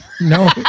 No